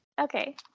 Okay